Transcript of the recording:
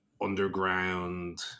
underground